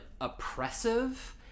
oppressive